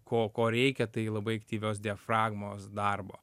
ko ko reikia tai labai aktyvios diafragmos darbo